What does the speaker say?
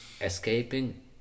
escaping